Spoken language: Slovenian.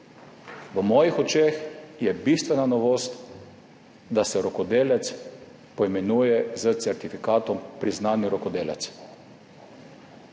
V mojih očeh je bistvena novost, da se rokodelec poimenuje s certifikatom priznani rokodelec.